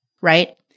Right